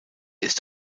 ist